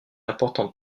importante